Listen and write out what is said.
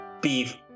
Beef